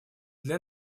для